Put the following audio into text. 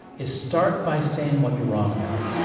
is, start by saying what you're wrong about.